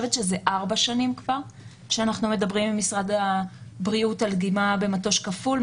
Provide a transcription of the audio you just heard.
כארבע שנים שאנחנו מדברים עם משרד הבריאות על דגימה במטוש כפול,